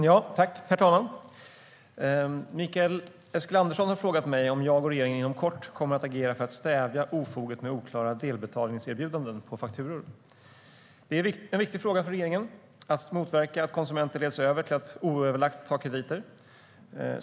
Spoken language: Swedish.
Herr talman! Mikael Eskilandersson har frågat mig om jag och regeringen inom kort kommer att agera för att stävja ofoget med oklara delbetalningserbjudanden på fakturor. Det är en viktig fråga för regeringen att motverka att konsumenter leds till att oöverlagt ta krediter.